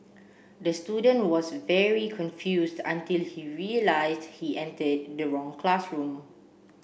the student was very confused until he realised he entered the wrong classroom